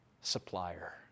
supplier